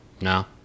No